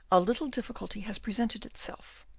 a little difficulty has presented itself.